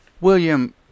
William